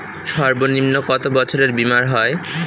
সর্বনিম্ন কত বছরের বীমার হয়?